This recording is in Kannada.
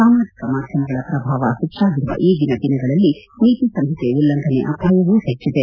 ಸಾಮಾಜಿಕ ಮಾಧ್ಯಮಗಳ ಪ್ರಭಾವ ಹೆಚ್ಚಾಗಿರುವ ಈಗಿನ ದಿನಗಳಲ್ಲಿ ನೀತಿ ಸಂಹಿತೆ ಉಲ್ಲಂಘನೆ ಅಪಾಯವೂ ಹೆಚ್ಚಿದೆ